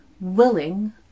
willing